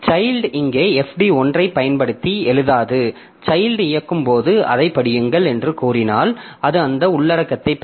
child இங்கே fd 1 ஐப் பயன்படுத்தி எழுதாது சைல்ட் இயக்கும் போது அதைப் படியுங்கள் என்று கூறினால் அது அந்த உள்ளடக்கத்தைப் பெறும்